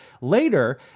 Later